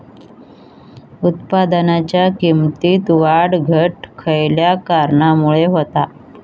उत्पादनाच्या किमतीत वाढ घट खयल्या कारणामुळे होता?